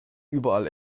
überall